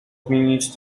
zmienić